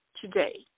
today